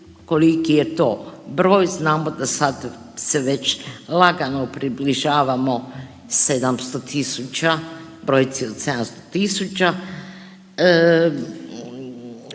koliki je to broj, znamo da sad se već lagano približavamo 700 tisuća, brojci od 700 tisuća.